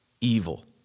evil